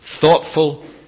thoughtful